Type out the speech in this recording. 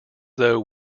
though